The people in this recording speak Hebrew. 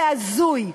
זה הזוי.